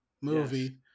movie